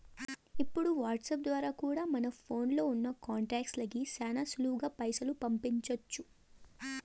ఇప్పుడు వాట్సాప్ ద్వారా కూడా మన ఫోన్లో ఉన్నా కాంటాక్ట్స్ లకి శానా సులువుగా పైసలు పంపించొచ్చు